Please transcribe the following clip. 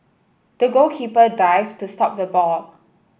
the goalkeeper dived to stop the ball